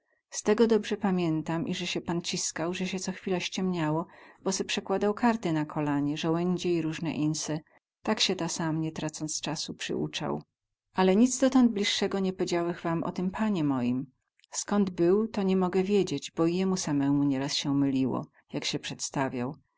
z tego dobrze pamiętam ize sie pan ciskał ze sie co chwila ściemniało bo se przekładał karty ma kolanie zołędzie i rózne inse tak sie ta sam nie tracąc casu przyucał ale nic dotąd blizsego nie pedziałech wam o tym panie moim skąd był to ni mogę wiedzieć bo i jemu samemu nieraz sie myliło jak sie przedstawiał